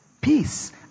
peace